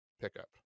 pickup